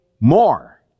more